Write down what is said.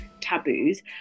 taboos